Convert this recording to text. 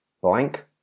blank